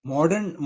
Modern